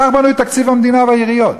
כך בנוי תקציב המדינה והעיריות,